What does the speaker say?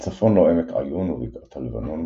מצפון לו עמק עיון ובקעת הלבנון,